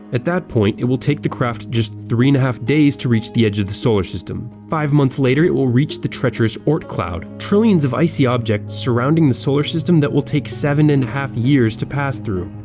at that speed, it will take the craft just three-and-a-half days to reach the edge of the solar system. five months later it will reach the treacherous oort cloud trillions of icy objects surrounding the solar system that will take seven-and-a-half years to pass through.